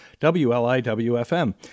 wliwfm